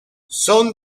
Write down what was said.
son